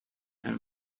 and